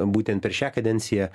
būtent per šią kadenciją